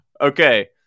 Okay